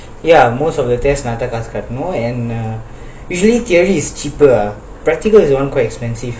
ya most of the test நான் தான் காசு கெட்டனும்:nan dhan kaasu kettanum and uh usually theory is cheaper ah practical one quite expensive